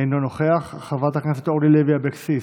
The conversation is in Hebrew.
אינו נוכח, חברת הכנסת אורלי לוי אבקסיס,